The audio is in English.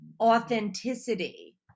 Authenticity